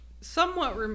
somewhat